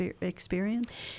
experience